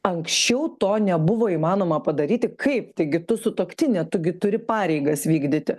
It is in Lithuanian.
anksčiau to nebuvo įmanoma padaryti kaip taigi tu sutuoktinė tu gi turi pareigas vykdyti